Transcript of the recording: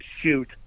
shoot